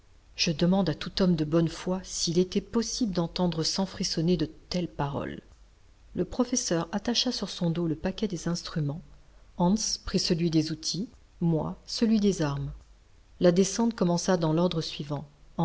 je demande à tout homme de bonne foi s'il était possible d'entendre sans frissonner de telles paroles le professeur attacha sur son dos le paquet des instruments hans prit celui des outils moi celui des armes la descente commença dans l'ordre suivant